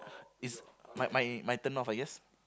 is my my my turn-off I guess